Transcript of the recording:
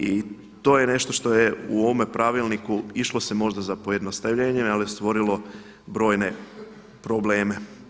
I to je nešto što je u ovome Pravilniku išlo se možda za pojednostavljenjem, ali stvorilo brojne probleme.